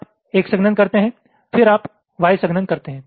यह X है तो पह्ले आप X संघनन करते है फिर आप Y संघनन करते हैं